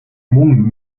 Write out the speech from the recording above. мөн